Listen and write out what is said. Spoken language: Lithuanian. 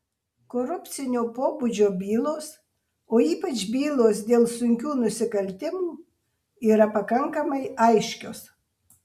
korupcinio pobūdžio bylos o ypač bylos dėl sunkių nusikaltimų yra pakankamai aiškios